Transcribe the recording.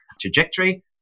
trajectory